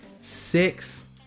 Six